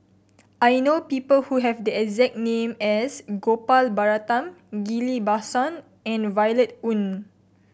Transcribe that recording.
I know people who have the exact name as Gopal Baratham Ghillie Basan and Violet Oon